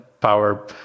power